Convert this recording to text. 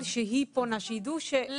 לבוא אליכם ואתם נושאים בנטל כמוהם.